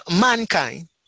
mankind